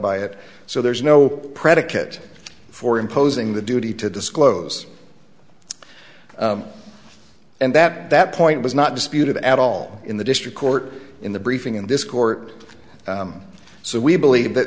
by it so there's no predicate for imposing the duty to disclose and that that point was not disputed at all in the district court in the briefing in this court so we believe that